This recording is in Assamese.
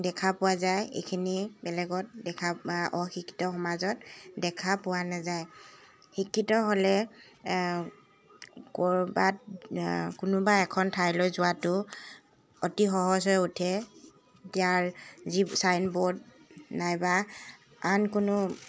দেখা পোৱা যায় এইখিনি বেলেগত দেখা অশিক্ষিত সমাজত দেখা পোৱা নাযায় শিক্ষিত হ'লে ক'ৰবাত কোনোবা এখন ঠাইলৈ যোৱাটো অতি সহজ হৈ উঠে ইয়াৰ যি ছাইনব'ৰ্ড নাইবা আন কোনো